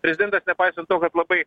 prezidentas nepaisant to kad labai